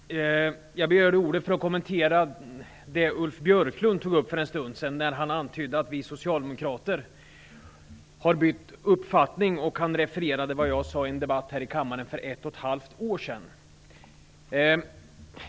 Fru talman! Jag begärde ordet för att kommentera det som Ulf Björklund tog upp för en stund sedan när han antydde att vi socialdemokrater har bytt uppfattning. Han refererade vad jag sade i en debatt här i kammaren för ett och ett halvt år sedan.